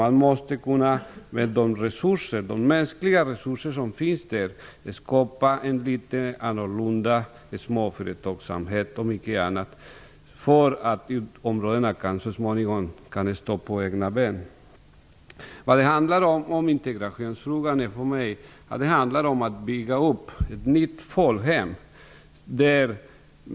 Man måste med de mänskliga resurser som finns i de här områdena bland mycket annat skapa en litet annorlunda småföretagsamhet för att områdena så småningom skall kunna stå på egna ben. I integrationsfrågan handlar det, som jag ser saken, om att bygga upp ett nytt folkhem.